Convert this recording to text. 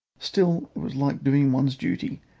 still it was like doing one's duty,